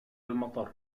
المطر